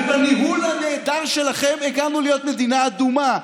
ובניהול הנהדר שלכם הגענו להיות מדינה אדומה.